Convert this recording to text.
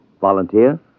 volunteer